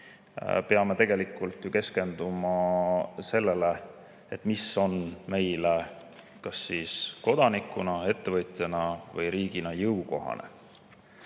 peame tegelikult keskenduma sellele, mis on meile kas kodanikuna, ettevõtjana või riigina jõukohane.